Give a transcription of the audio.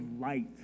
light